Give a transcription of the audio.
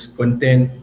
content